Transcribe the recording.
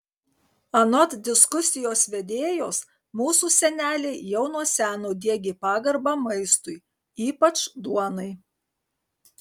anot diskusijos vedėjos mūsų seneliai jau nuo seno diegė pagarbą maistui ypač duonai